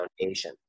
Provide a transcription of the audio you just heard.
Foundation